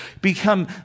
become